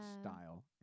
style